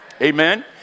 Amen